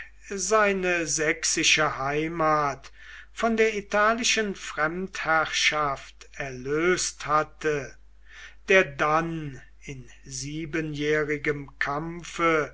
seine sächsische heimat von der italischen fremdherrschaft erlöst hatte der dann in siebenjährigem kampfe